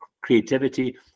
creativity